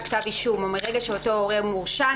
נגדו כתב אישום בשל ביצוע עבירה כאמור וכל עוד